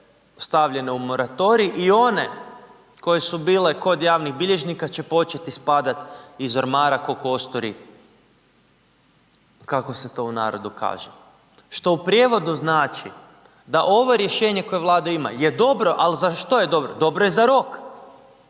stavljene u moratorij i one koje su bile kod javnih bilježnika, će počet ispad iz ormara ko kosturi, kako se to u narodu kaže. Što u prijevodu znači da ovo rješenje koje Vlada ima je dobro, al za što je dobro? Dobro je za rok,